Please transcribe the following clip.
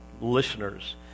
listeners